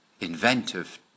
inventive